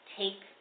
take